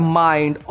mind